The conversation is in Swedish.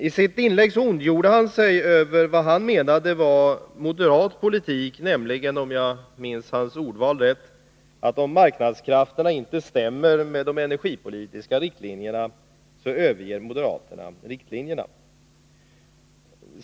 I sitt inlägg ondgjorde han sig över vad han menade var moderat politik, nämligen att — om jag minns hans ordval rätt — om marknadskrafterna inte stämmer med de energipolitiska riktlinjerna så överger moderaterna riktlinjerna.